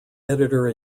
editor